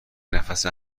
نفس